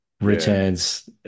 Returns